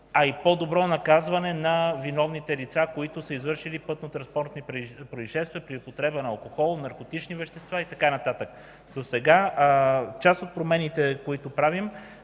а и по-добро наказване на виновните лица, които са извършили пътно-транспортни произшествия при употреба на алкохол, наркотични вещества и така нататък. Досега в част от промените, които правим,